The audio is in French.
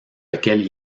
lequel